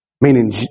Meaning